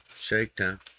Shakedown